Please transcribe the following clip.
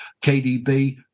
KDB